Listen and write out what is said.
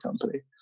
company